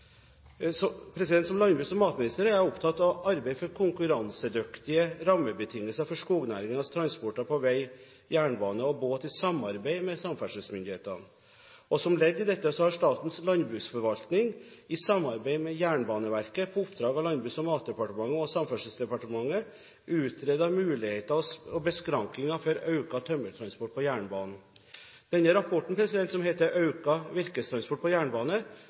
Som landbruks- og matminister er jeg opptatt av å arbeide for konkurransedyktige rammebetingelser for skognæringens transporter på vei, jernbane og båt, i samarbeid med samferdselsmyndighetene. Som ledd i dette har Statens landbruksforvaltning i samarbeid med Jernbaneverket, på oppdrag av Landbruks- og matdepartementet og Samferdselsdepartementet, utredet muligheter og beskrankninger for økt tømmertransport på jernbane. Rapporten Økt virkestransport på jernbane ble lagt fram i november 2010. Rapporten peker på